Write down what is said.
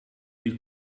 die